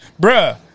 Bruh